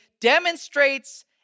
demonstrates